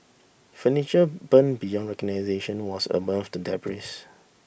furniture burned beyond recognition was above the debris